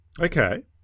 Okay